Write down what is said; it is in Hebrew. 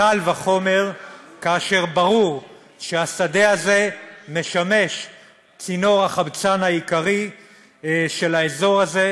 קל וחומר כאשר ברור שהשדה הזה משמש צינור החמצן העיקרי של האזור הזה,